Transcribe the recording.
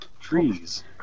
Trees